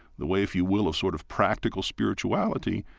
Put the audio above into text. the way, if you will, of sort of practical spirituality,